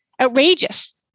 outrageous